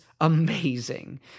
Amazing